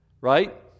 right